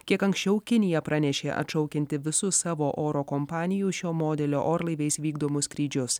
kiek anksčiau kinija pranešė atšaukianti visus savo oro kompanijų šio modelio orlaiviais vykdomus skrydžius